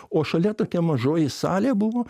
o šalia tokia mažoji salė buvo